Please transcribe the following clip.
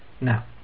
now